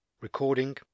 recording